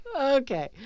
Okay